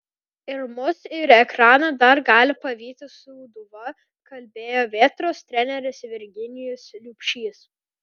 ir mus ir ekraną dar gali pavyti sūduva kalbėjo vėtros treneris virginijus liubšys